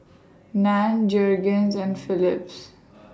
NAN Jergens and Philips